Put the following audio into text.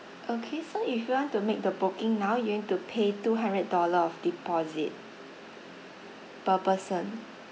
okay so if you want to make the booking now you need to pay two hundred dollar of deposit per person